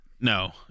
No